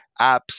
apps